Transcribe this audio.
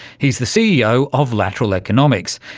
he's the ceo of lateral economics.